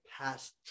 past